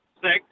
six